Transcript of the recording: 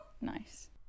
nice